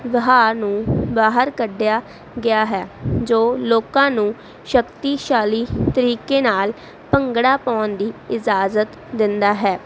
ਵਹਾਅ ਨੂੰ ਬਾਹਰ ਕੱਢਿਆ ਗਿਆ ਹੈ ਜੋ ਲੋਕਾਂ ਨੂੰ ਸ਼ਕਤੀਸ਼ਾਲੀ ਤਰੀਕੇ ਨਾਲ ਭੰਗੜਾ ਪਾਉਣ ਦੀ ਇਜਾਜ਼ਤ ਦਿੰਦਾ ਹੈ